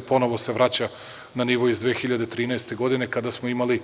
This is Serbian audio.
Ponovo se vraća na nivo iz 2013. godine kada smo imali